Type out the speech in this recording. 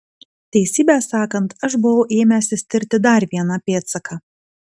teisybę sakant aš buvau ėmęsis tirti dar vieną pėdsaką